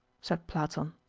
said platon.